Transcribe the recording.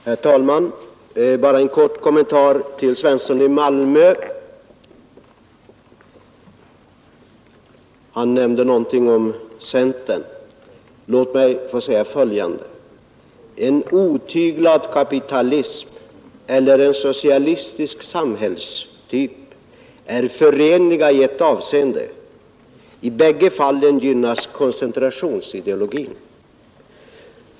Herr talman! Bara en kort kommentar till herr Svensson i Malmö. Han nämnde någonting om centern. Låt mig få säga följande. En otyglad kapitalism och en socialistisk samhällstyp är förenliga i ett avseende: i bägge fallen gynnas koncentrationsideologin.